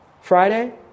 Friday